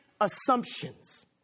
assumptions